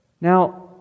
Now